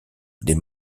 des